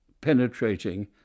penetrating